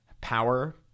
power